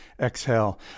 exhale